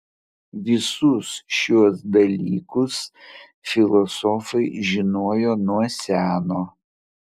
visus šiuos dalykus filosofai žinojo nuo seno